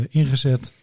ingezet